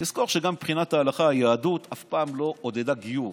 תזכור שגם מבחינת ההלכה היהדות אף פעם לא עודדה גיור.